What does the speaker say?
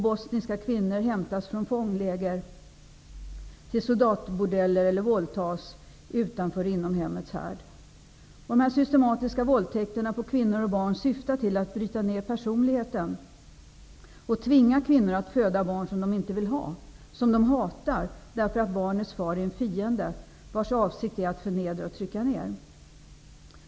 Bosniska kvinnor hämtas från fångläger till soldatbordeller eller våldtas utanför och inom hemmets härd. Dessa systematiska våldtäkter på kvinnor och barn syftar till att bryta ner personligheten och tvinga kvinnor att föda barn som de inte vill ha och som de hatar därför att barnets far är en fiende vars avsikt är att förnedra och trycka ner.